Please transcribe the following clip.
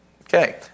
Okay